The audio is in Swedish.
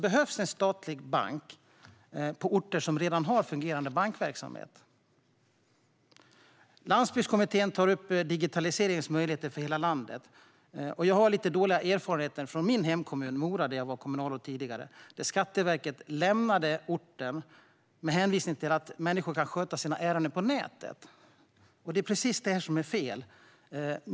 Behövs en statlig bank på orter som redan har fungerande bankverksamhet? Landsbygdskommittén tar upp digitaliseringens möjligheter för hela landet. Jag har lite dåliga erfarenheter från min hemkommun Mora, där jag var kommunalråd tidigare. Skatteverket lämnade orten med hänvisning till att människor kan sköta sina ärenden på nätet. Det är just detta som är fel.